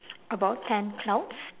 about ten clouds